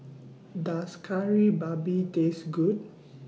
Does Kari Babi Taste Good